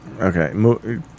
okay